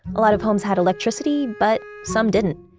a lot of homes had electricity, but some didn't.